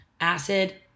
acid